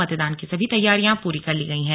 मतदान की सभी तैयारियां पूरी कर ली गई हैं